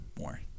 more